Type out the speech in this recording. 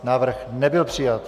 Návrh nebyl přijat.